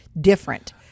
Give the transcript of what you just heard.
different